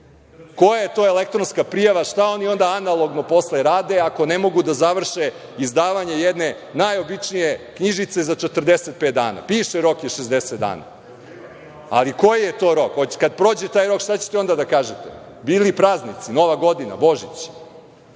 Koja je to elektronska prijava, šta oni onda analogno posle rade ako ne mogu da završe izdavanje jedne najobičnije knjižice za 45 dana? Piše da je rok 60 dana, ali koji je to rok? Kad prođe taj rok, šta ćete onda da kažete? Bili praznici, Nova godina, Božić?